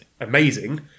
amazing